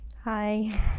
Hi